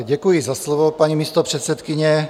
Děkuji za slovo, paní místopředsedkyně.